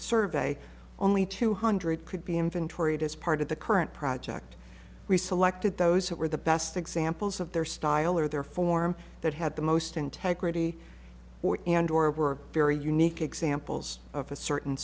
survey only two hundred could be inventoried as part of the current project we selected those who were the best examples of their style or their form that had the most integrity or were very unique examples of a certain